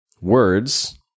words